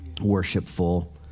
worshipful